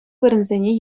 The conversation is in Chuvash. вырӑнсене